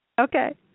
Okay